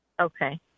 Okay